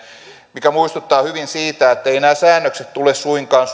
mikä muistuttaa hyvin siitä etteivät nämä säännökset suinkaan